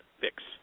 fix